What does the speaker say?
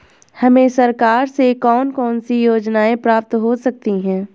हमें सरकार से कौन कौनसी योजनाएँ प्राप्त हो सकती हैं?